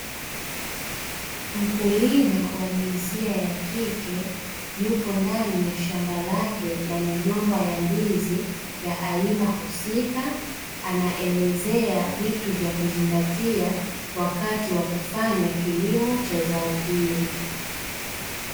Mkulima wa jinsia ya kike yupo ndani ya shamba lake lenye migomba ya ndizi ya aina husika, anaelezea vitu vya kuzingatia wakati wa kufanya kilimo cha zao hili.